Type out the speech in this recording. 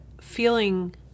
feeling